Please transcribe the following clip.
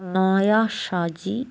Maya Shaji